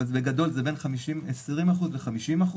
אבל בגדול זה בין 20% ל-50%,